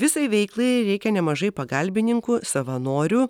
visai veiklai reikia nemažai pagalbininkų savanorių